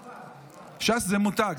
ש"ס זה מותג.